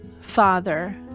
father